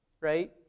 right